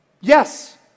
Yes